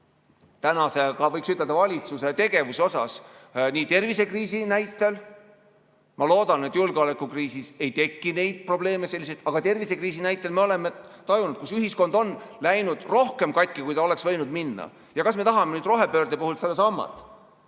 tänase ka, võiks ütelda, valitsuse tegevuse puhul tervisekriisi näitel. Ma loodan, et julgeolekukriisis ei teki selliseid probleeme, aga tervisekriisi näitel me oleme tajunud, et ühiskond on läinud rohkem katki, kui ta oleks võinud minna. Kas me tahame rohepöörde puhul sedasama?